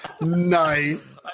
Nice